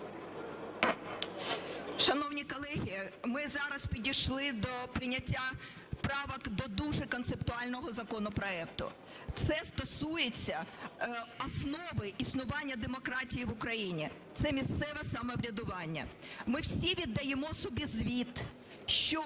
Шановні колеги, ми зараз підійшли до прийняття правок до дуже концептуального законопроекту. Це стосується основи існування демократії в Україні – це місцеве самоврядування. Ми всі віддаємо собі звіт, що